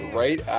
right